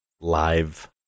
live